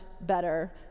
better